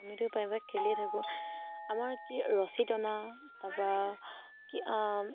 আমিতো প্ৰায়ভাগ খেলিয়ে থাকোঁ আমাৰ কি ৰছী টনা তাৰপৰা কি